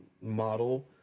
model